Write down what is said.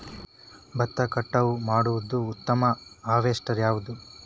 ಭತ್ತ ಕಟಾವು ಮಾಡುವ ಉತ್ತಮ ಹಾರ್ವೇಸ್ಟರ್ ಯಾವುದು?